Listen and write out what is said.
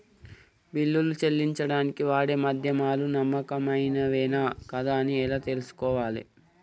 బిల్లులు చెల్లించడానికి వాడే మాధ్యమాలు నమ్మకమైనవేనా కాదా అని ఎలా తెలుసుకోవాలే?